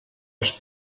els